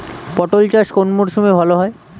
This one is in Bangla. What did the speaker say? পটল চাষ কোন মরশুমে ভাল হয়?